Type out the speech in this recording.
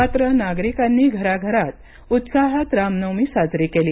मात्र नागरिकांनी घराघरांत उत्साहात रामनवमी साजरी केली